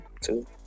Two